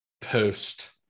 post